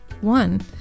One